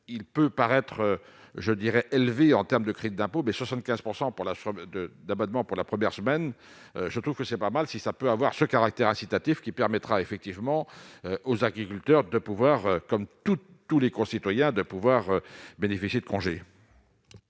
il peut paraître, je dirais, élevé en termes de crédits d'impôts mais 75 % pour la forme de d'abonnements pour la première semaine, je trouve que c'est pas mal, si ça peut avoir ce caractère incitatif qui permettra effectivement aux agriculteurs de pouvoir comme toute tous les concitoyens de pouvoir bénéficier de congés.